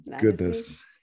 Goodness